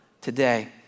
today